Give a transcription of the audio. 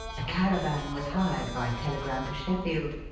a caravan was hired by telegram to sheffield,